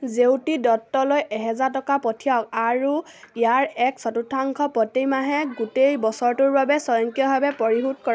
জেউতি দত্তলৈ এহেজাৰ টকা পঠিয়াওক আৰু ইয়াৰ এক চতুৰ্থাংশ প্ৰতিমাহে গোটেই বছৰটোৰ বাবে স্বয়ংক্ৰিয়ভাৱে পৰিশোধ কৰক